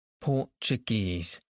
Portuguese